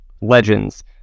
legends